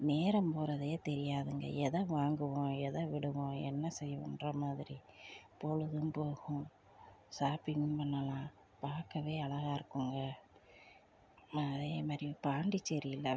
நேரம் போகிறதே தெரியாதுங்க எதை வாங்கவும் எதை விடவும் என்ன செய்வோகிற மாதிரி பொழுதும் போகும் ஷாப்பிங்கும் பண்ணலாம் பார்க்கவே அழகா இருக்குங்க அதே மாதிரி பாண்டிச்சேரியில்